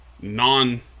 non